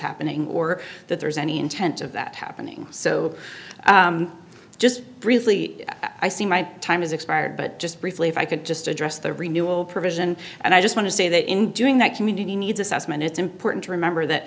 happening or that there's any intent of that happening so just briefly i see my time has expired but just briefly if i could just address the renewable provision and i just want to say that in doing that community needs assessment it's important to remember that